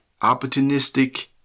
opportunistic